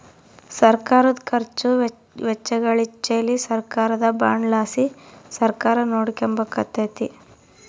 ಸರ್ಕಾರುದ ಖರ್ಚು ವೆಚ್ಚಗಳಿಚ್ಚೆಲಿ ಸರ್ಕಾರದ ಬಾಂಡ್ ಲಾಸಿ ಸರ್ಕಾರ ನೋಡಿಕೆಂಬಕತ್ತತೆ